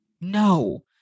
no